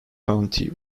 county